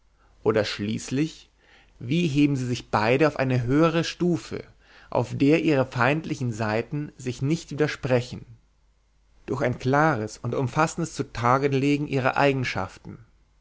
oder schließlich wie heben sie sich beide auf eine höhere stufe auf der ihre feindlichen seiten sich nicht widersprechen durch ein klares und umfassendes zutagelegen ihrer eigenschaften